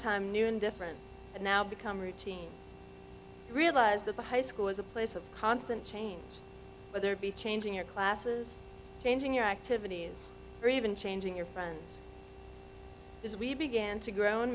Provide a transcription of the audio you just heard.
time new and different and now become routine realize that the high school is a place of constant change whether it be changing your classes changing your activities or even changing your friends as we began to grow